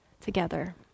together